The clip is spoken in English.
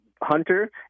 Hunter